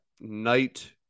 night